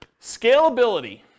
Scalability